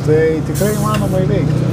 tai tikrai įmanoma įveikt